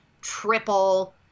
triple